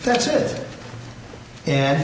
that's it and